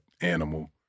animal